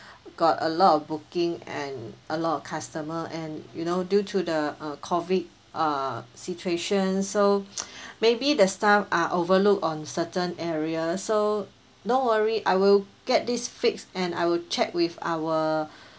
got a lot of booking and a lot of customer and you know due to the uh COVID uh situation so maybe the staff are overlooked on certain area so no worry I will get this fixed and I will check with our